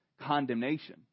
Condemnation